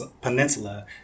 Peninsula